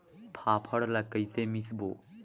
फाफण ला कइसे मिसबो?